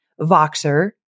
Voxer